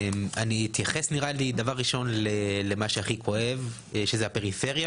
אתייחס דבר ראשון למה שהכי כואב, שזה הפריפריה